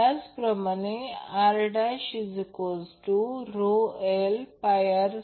तर आता थ्री लाईन्समधील power loss I L 2 3 R असेल कारण थ्री लाईन्स आहेत म्हणून 3 R